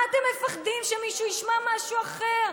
מה אתם מפחדים שמישהו ישמע משהו אחר?